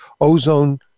ozone